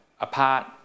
apart